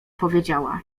powiedziała